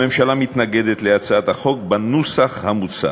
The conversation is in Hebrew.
הממשלה מתנגדת להצעת החוק בנוסח המוצע.